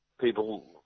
people